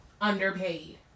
underpaid